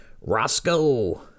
Roscoe